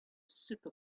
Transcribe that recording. super